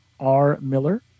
rmiller